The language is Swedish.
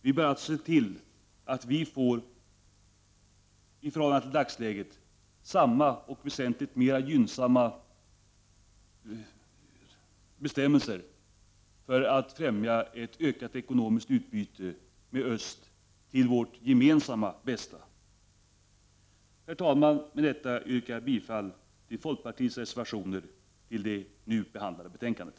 Vi bör alltså se till att få i förhållande till dagsläget väsentligt mera gynnsamma bestämmelser som kan främja ett ekonomiskt utbyte med öst till vårt gemensamma bästa. Herr talman! Med detta yrkar jag bifall till folkpartiets reservationer till det nu behandlade betänkandet.